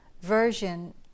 version